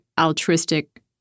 altruistic